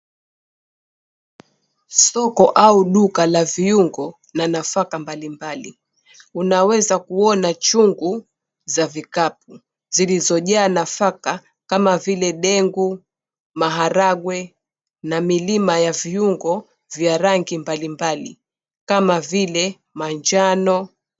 Soko au duka la viungo na nafaka mbalimbali. Unaweza kuona chungu za vikapu zilizojaa nafaka kama vile ndengu, maharagwe na milima ya viungo vya rangi mbalimbali kama vile manjano.